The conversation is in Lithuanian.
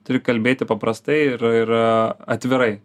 turi kalbėti paprastai ir ir atvirai